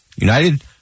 United